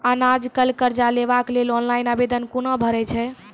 आज कल कर्ज लेवाक लेल ऑनलाइन आवेदन कूना भरै छै?